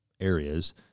areas